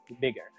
bigger